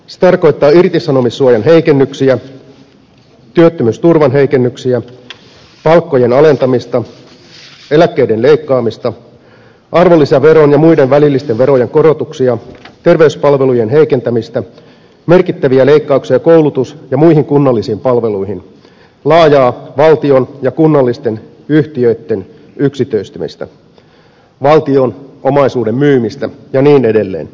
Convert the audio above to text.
se tarkoittaa irtisanomissuojan heikennyksiä työttömyysturvan heikennyksiä palkkojen alentamista eläkkeiden leikkaamista arvonlisäveron ja muiden välillisten verojen korotuksia terveyspalvelujen heikentämistä merkittäviä leikkauksia koulutus ja muihin kunnallisiin palveluihin laajaa valtion ja kunnallisten yhtiöitten yksityistämistä valtion omaisuuden myymistä ja niin edelleen